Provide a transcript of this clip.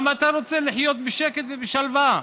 גם אתה רוצה לחיות בשקט ובשלווה,